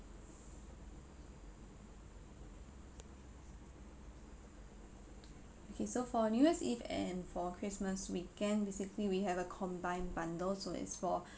okay so for new year's eve and for christmas weekend basically we have a combined bundle so it's for